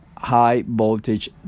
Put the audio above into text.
high-voltage